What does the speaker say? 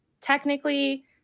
technically